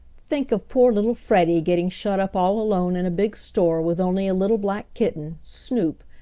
think of poor little freddie getting shut up all alone in a big store with only a little black kitten, snoop,